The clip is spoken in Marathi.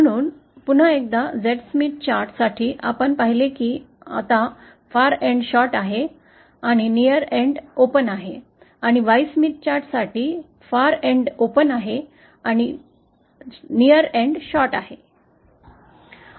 म्हणून पुन्हा एकदा Zस्मिथ चार्ट साठी आम्ही पाहिले की आता शेवटचा टप्पा आहे जवळचा टोक उघडा आहे आणि Yस्मिथ चार्ट साठी शेवटचा टप्पा खुले आहे आणि जवळचा टोक शेवट आहे